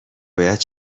باید